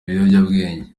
biyobyabwenge